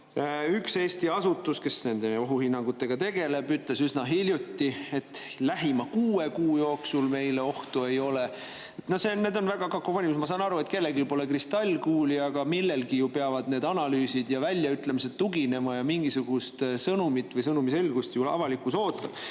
Üks Eesti asutus, kes nende ohuhinnangutega tegeleb, ütles üsna hiljuti, et lähima kuue kuu jooksul meile ohtu ei ole. See on väga kakofooniline. Ma saan aru, et kellelgi pole kristallkuuli, aga millelegi peavad need analüüsid ja väljaütlemised ju tuginema. Avalikkus ootab mingisugust sõnumit või sõnumi selgust. Kui Ukraina sõja